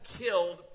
killed